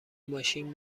ماشین